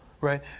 right